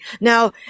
Now